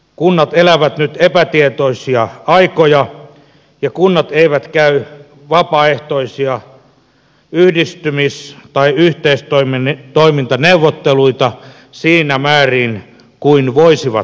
kunnat elävät nyt epätietoisia aikoja ja kunnat eivät käy vapaaehtoisia yhdistymis tai yhteistoimintaneuvotteluita siinä määrin kuin voisivat niitä käydä